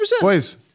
Boys